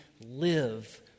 live